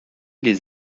les